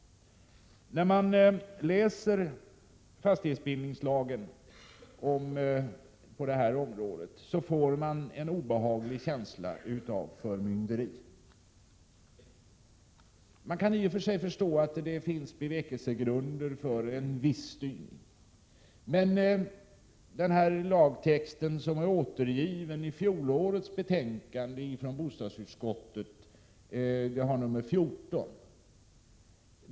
När man läser fastighetsbildningslagen på detta område får man en obehaglig känsla av förmynderi. I och för sig kan jag förstå att det finns bevekelsegrunder för en viss styrning. Men den lagtext som återfinns i fjolårets betänkande nr 14 från bostadsutskottet är faktiskt förlegad.